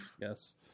Yes